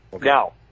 Now